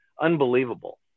Unbelievable